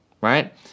right